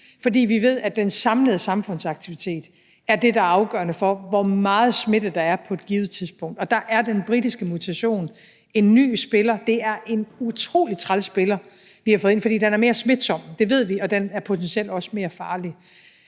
For vi ved, at den samlede samfundsaktivitet er det, der er afgørende for, hvor meget smitte der er på et givet tidspunkt. Og der er den britiske mutation en ny spiller. Det er en utrolig træls spiller, vi har fået ind, for den er mere smitsom. Det ved vi, og den er potentielt også mere farlig.